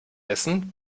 essen